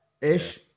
ish